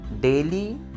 daily